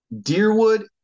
Deerwood